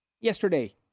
yesterday